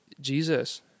Jesus